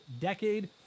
decade